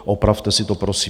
Opravte si to prosím.